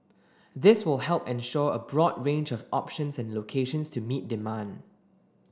this will help ensure a broad range of options and locations to meet demand